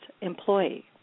employee